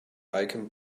icon